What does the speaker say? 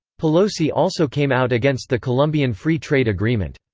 pelosi also came out against the colombian free-trade agreement.